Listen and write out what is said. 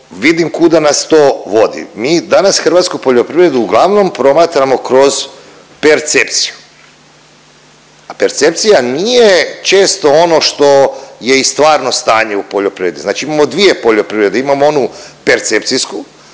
vidim kuda nas to vodi. Mi i danas hrvatsku poljoprivredu uglavnom promatramo kroz percepciju. Percepciji nije često ono što je i stvarno stanje u poljoprivredi, znači imamo dvije poljoprivrede, imamo onu percepcijsku